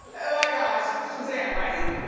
oh my gosh, suzanne, right?